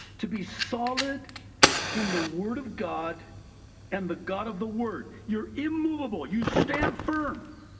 to be solid in the word of god and the god of the word. you're immovable, you stand firm.